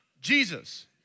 Jesus